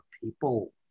people